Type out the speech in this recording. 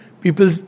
people